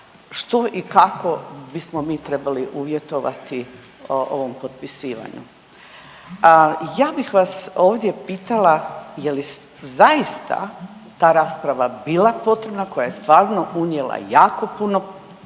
što i kako bismo mi trebali uvjetovati ovom potpisivanju. A ja bih vas ovdje pitala je li zaista ta rasprava bila potrebna, koja je stvarno unijela jako puno ja